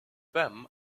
them